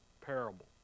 parable